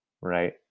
right